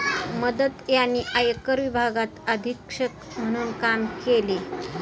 मदन यांनी आयकर विभागात अधीक्षक म्हणून काम केले